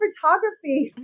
photography